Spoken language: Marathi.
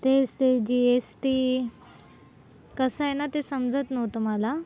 तेच ते जी एस टी कसंय ना ते समजत न्हवतं मला